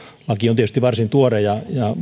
laki on tietysti varsin tuore ja ja